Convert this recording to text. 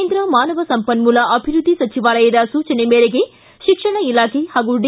ಕೇಂದ್ರ ಮಾನವ ಸಂಪನ್ಮೂಲ ಅಭಿವೃದ್ದಿ ಸಚಿವಾಲಯದ ಸೂಚನೆ ಮೇರೆಗೆ ಶಿಕ್ಷಣ ಇಲಾಖೆ ಹಾಗೂ ಡಿ